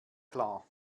klar